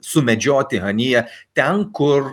sumedžioti haniją ten kur